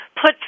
put